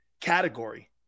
category